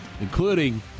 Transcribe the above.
including